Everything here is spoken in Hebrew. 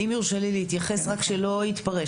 אם יורשה לי להתייחס, רק שלא התפרש.